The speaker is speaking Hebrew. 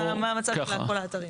מה המצב של כל האתרים?